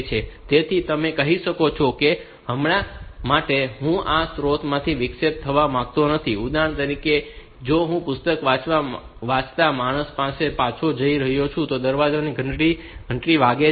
તેથી તમે કહી શકો છો કે હમણાં માટે હું આ સ્ત્રોતમાંથી વિક્ષેપિત થવા માંગતો નથી ઉદાહરણ તરીકે જેમ કે હું પુસ્તક વાંચતા માણસ પાસે પાછો જઉં છું અને દરવાજાની ઘંટડી વાગે છે